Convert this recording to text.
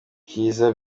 kizza